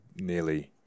nearly –